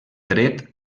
dret